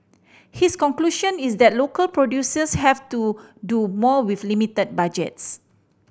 his conclusion is that local producers have to do more with limited budgets